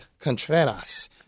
Contreras